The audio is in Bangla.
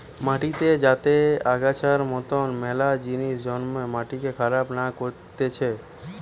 মাটিতে যাতে আগাছার মতন মেলা জিনিস জন্মে মাটিকে খারাপ না করতিছে